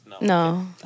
no